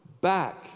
back